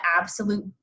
absolute